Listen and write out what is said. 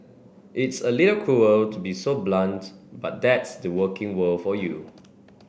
it's a little cruel to be so blunt but that's the working world for you